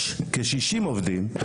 יש כ-60 עובדים,